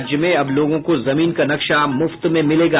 राज्य में अब लोगों को जमीन का नक्शा मुफ्त में मिलेगा